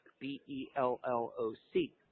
B-E-L-L-O-C